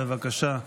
בבקשה.